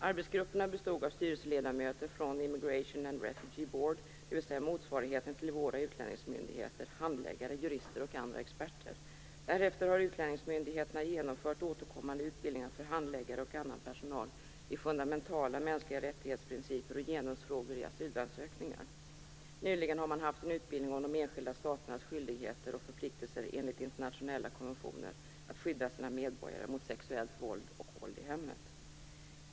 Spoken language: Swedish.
Arbetsgrupperna bestod av styrelseledamöter från Immigration and Refugee Board, dvs. motsvarigheten till våra utlänningsmyndigheter, handläggare, jurister och andra experter. Därefter har utlänningsmyndigheterna genomfört återkommande utbildningar för handläggare och annan personal i fundamentala mänskliga rättighetsprinciper och genusfrågor i asylansökningar. Nyligen har man haft en utbildning om de enskilda staternas skyldigheter och förpliktelser enligt internationella konventioner att skydda sina medborgare mot sexuellt våld och våld i hemmet.